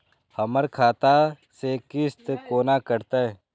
हमर खाता से किस्त कोना कटतै?